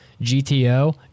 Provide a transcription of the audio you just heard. GTO